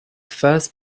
first